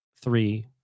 three